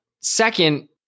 second